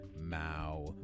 Mao